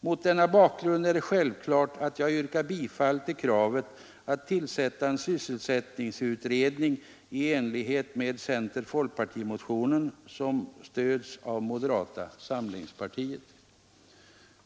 Mot denna bakgrund är det självklart att jag yrkar bifall till kravet att tillsätta en sysselsättningsutredning i enlighet med center-folkpartimotionen, som stöds av moderata samlingspartiet.